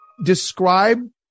Describe